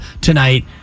tonight